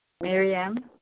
Miriam